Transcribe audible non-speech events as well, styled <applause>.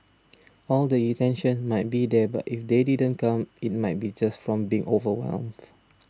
all the intentions might be there but if they didn't come it might be just from being overwhelmed <noise>